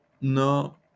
no